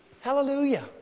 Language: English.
Hallelujah